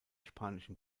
spanischen